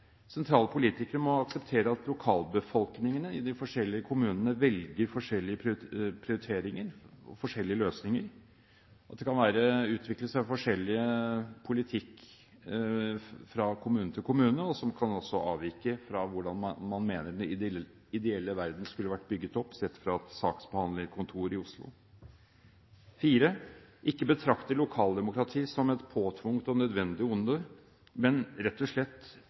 Sentrale politikere må akseptere at lokalbefolkningene i de forskjellige kommunene velger forskjellige prioriteringer, forskjellige løsninger, og at det kan utvikle seg forskjellig politikk fra kommune til kommune, og at den også kan avvike fra hvordan man mener den ideelle verden skulle ha vært bygget opp, sett fra et saksbehandlerkontor i Oslo. Man må ikke betrakte lokaldemokratiet som et påtvunget og nødvendig onde, men rett og slett